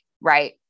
Right